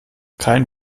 kein